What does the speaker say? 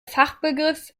fachbegriff